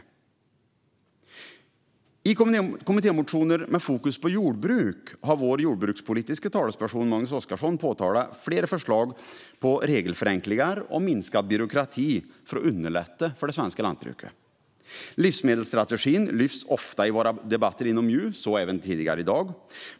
I kommittémotioner med fokus på jordbruk har vår jordbrukspolitiske talesperson Magnus Oscarsson framfört flera förslag till regelförenklingar och minskad byråkrati för att underlätta för det svenska lantbruket. Livsmedelsstrategin lyfts ofta i våra debatter i MJU, så även tidigare i dag.